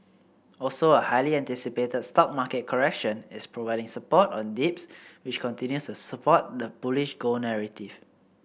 also a highly anticipated stock market correction is providing support on dips which continues to support the bullish gold narrative